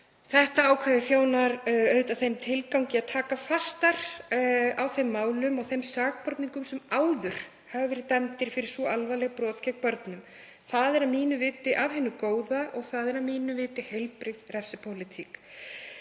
Það ákvæði þjónar þeim tilgangi að taka fastar á þeim málum og þeim sakborningum sem áður höfðu verið dæmdir fyrir svo alvarleg brot gegn börnum. Það er að mínu viti af hinu góða og að mínu viti heilbrigð refsipólitík.